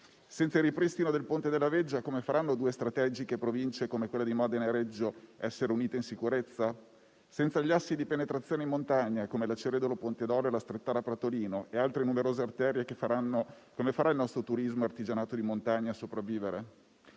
Senza il ripristino del ponte della Veggia come faranno due strategiche Province, quelle di Modena e di Reggio Emilia, a essere unite in sicurezza? Senza gli assi di penetrazione in montagna, come la Cerredolo-Ponte Dolo, la Strettara-Pratolino e altre numerose arterie, come farà il nostro turismo e il nostro artigianato di montagna sopravvivere?